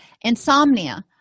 Insomnia